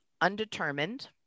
undetermined